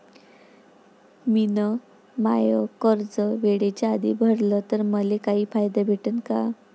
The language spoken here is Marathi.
मिन माय कर्ज वेळेच्या आधी भरल तर मले काही फायदा भेटन का?